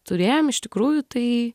turėjom iš tikrųjų tai